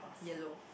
yellow